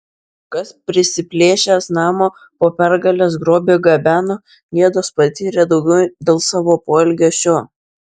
kas prisiplėšęs namo po pergalės grobį gabeno gėdos patyrė daugiau dėl savo poelgio šio